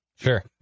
Sure